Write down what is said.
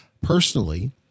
personally